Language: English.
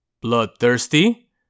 Bloodthirsty